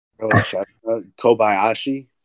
Kobayashi